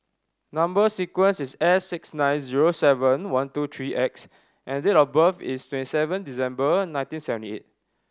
number sequence is S six nine zero seven one two three X and date of birth is twenty seven December and nineteen seventy eight